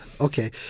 Okay